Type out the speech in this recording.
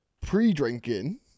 Pre-drinking